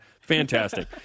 Fantastic